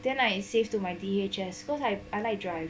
then I save to my D_H_S cause I I like drive